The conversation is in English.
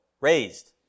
raised